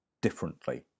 differently